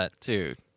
Dude